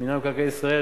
אדוני היושב-ראש,